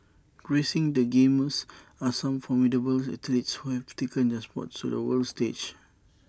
gracing the games are some formidable athletes who have taken their sports to the world stage